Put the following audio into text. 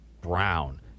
brown